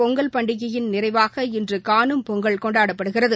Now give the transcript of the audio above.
பொங்கல் பண்டிகையின் நிறைவாக இன்றுகானும் பொங்கல் கொண்டாடப்படுகிறது